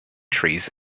trees